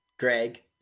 Greg